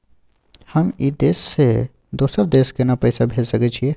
हम ई देश से दोसर देश केना पैसा भेज सके छिए?